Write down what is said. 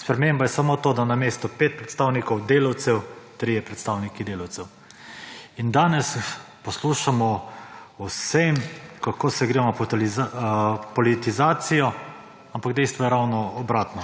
Sprememba je samo to, da namesto 5 predstavnikov delavcev 3 predstavniki delavcev. Danes poslušamo o vsem kako se gremo politizacijo, ampak dejstvo je ravno obratno.